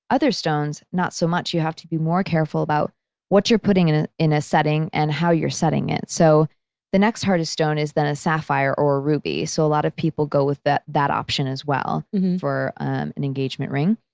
other stones not so much. you have to be more careful about what you're putting in a setting and how you're setting it. so the next hardest stone is then a sapphire or ruby. so, a lot of people go with that that option as well for an engagement ring.